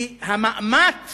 כי המאמץ